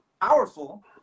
powerful